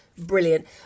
brilliant